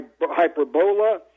Hyperbola